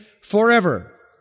forever